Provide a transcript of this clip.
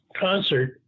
concert